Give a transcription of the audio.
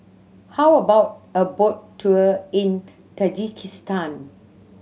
how about a boat tour in Tajikistan